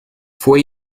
fue